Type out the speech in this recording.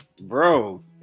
Bro